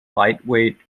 lightweight